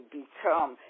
become